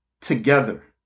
together